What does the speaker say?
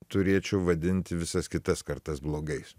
turėčiau vadinti visas kitas kartas blogais